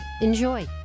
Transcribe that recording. Enjoy